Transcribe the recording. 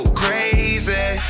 crazy